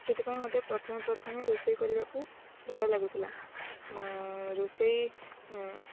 ସେଥିପାଇଁ ମତେ ପ୍ରଥମେ ପ୍ରଥମେ ରୋଷେଇ କରିବାକୁ ଭୟ ଲାଗୁଥିଲା ରୋଷେଇ